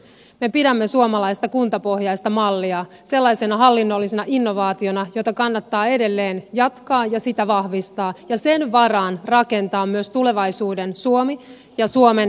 me pidämme suomalaista kuntapohjaista mallia sellaisena hallinnollisena innovaationa jota kannattaa edelleen jatkaa ja vahvistaa ja jonka varaan kannattaa rakentaa myös tulevaisuuden suomi ja suomen hyvinvointipalvelut